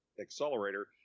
Accelerator